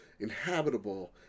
inhabitable